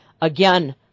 again